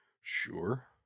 Sure